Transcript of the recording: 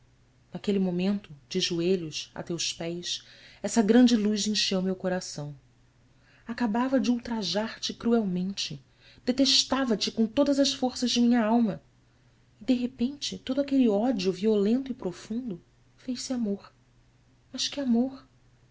naquele momento de joelhos a teus pés essa grande luz encheu meu coração acabava de ultrajar te cruelmente detestava te com todas as forças de minha alma e de repente todo aquele ódio violento e profundo fez-se amor mas que amor